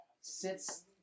sits